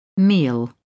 Meal